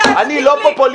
אני לא פופוליסט כמוך.